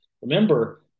remember